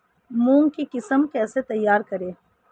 मूंग की किस्म कैसे तैयार करें?